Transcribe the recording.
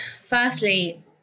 firstly